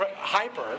hyper